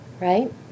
right